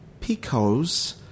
Picos